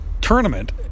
tournament